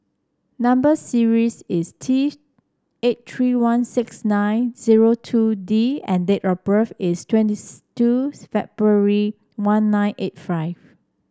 number series is T eight three one six nine zero two D and date of birth is twenty two February one nine eight five